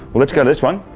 well let's go to this one.